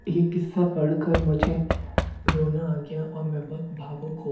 यह क़िस्सा पढ़कर मुझे रोना आ गया और मैं बहुत भावुक हो